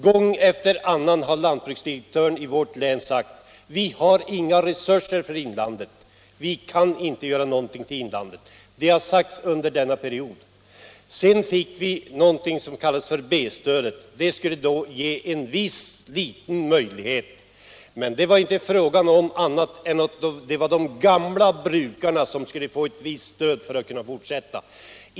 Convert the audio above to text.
Gång efter annan har lantbruksdirektören i vårt län sagt: Vi har inga resurser för inlandet. Vi kan inte göra någonting för inlandet. Detta har sagts under innevarande period. Vi fick visserligen någonting som kallades för B-stödet och som skulle ge oss en viss förbättring. Men det var inte fråga om annat än att de gamla jordbrukarna skulle få ett visst stöd för att kunna fortsätta.